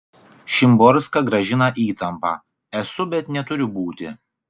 szymborska grąžina įtampą esu bet neturiu būti